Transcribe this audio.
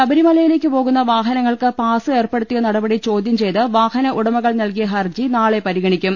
ശബരിമലയിലേക്ക് പോകുന്ന വാഹനങ്ങൾക്ക് പാസ് ഏർപ്പെടുത്തിയ നടപടി ചോദ്യം ചെയ്ത് വാഹന ഉടമകൾ നൽകിയ ഹർജി നാളെ പരിഗണിക്കും